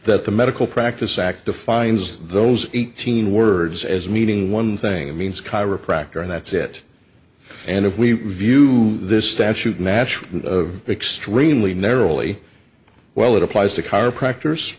that the medical practice act defines those eighteen words as meaning one thing and means chiropractor and that's it and if we view this statute naturally extremely narrowly well it applies to chiropractors